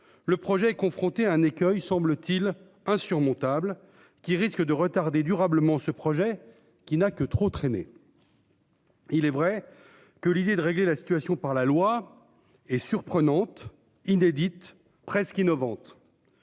le projet est confronté à un écueil semble-t-il insurmontable qui risque de retarder durablement, ce projet qui n'a que trop traîné. Il est vrai que l'idée de régler la situation par la loi et surprenante inédites presque innovantes.